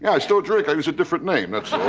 yeah i still drink i use a different name that's